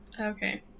okay